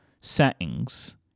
settings